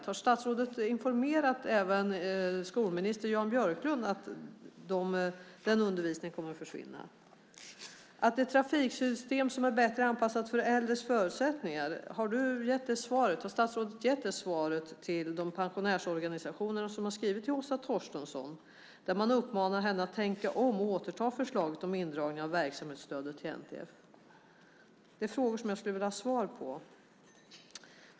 Har statsrådet informerat även skolminister Jan Björklund om att den undervisningen kommer att försvinna? Att det är ett trafiksystem som är bättre anpassat för äldres förutsättningar, har statsrådet gett det svaret till de pensionärsorganisationer som har skrivit till Åsa Torstensson? Man uppmanar henne att tänka om och återta förslaget om indragning av verksamhetsstödet till NTF. Det är frågor som jag skulle vilja ha svar på.